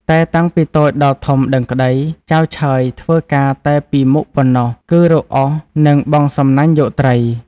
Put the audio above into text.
តែតាំងពីតូចដល់ធំដឹងក្តី ចៅឆើយធ្វើការតែពីរមុខប៉ុណ្ណោះ គឺរកឧសនិង បង់សំណាញ់យកត្រី ។